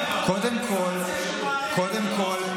קודם כול,